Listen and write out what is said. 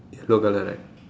yellow colour right